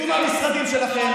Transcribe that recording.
תצאו מהמשרדים שלך,